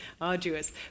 arduous